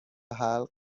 حلق